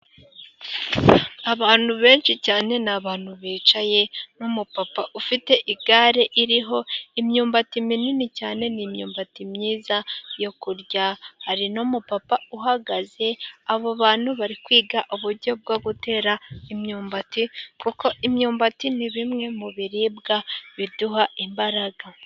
Abantu benshi cyane, ni abantu bicaye n'umupapa ufite igare iriho imyumbati minini cyane. Ni imyumbati myiza yo kurya, hari n'umupapa uhagaze. Abo bantu bari kwiga uburyo bwo gutera imyumbati kuko imyumbati ni bimwe mu biribwa biduha imbaraga.